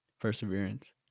perseverance